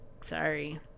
sorry